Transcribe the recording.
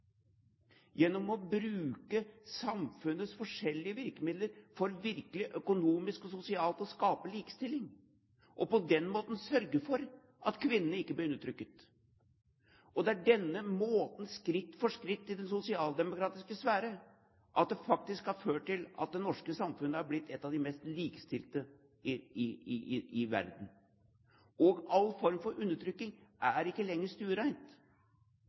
gjennom å bruke samfunnets forskjellige virkemidler for virkelig økonomisk og sosialt å skape likestilling, og på den måten sørge for at kvinnene ikke blir undertrykket. Det er denne måten – skritt for skritt i den sosialdemokratiske sfære – som faktisk har ført til at det norske samfunn har blitt et av de mest likestilte i verden, og at all form for undertrykking ikke lenger er stuereint.